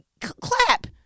clap